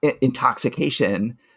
intoxication